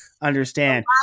understand